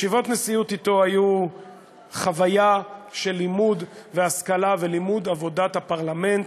ישיבות נשיאות איתו היו חוויה של לימוד והשכלה ולימוד עבודת הפרלמנט,